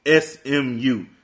SMU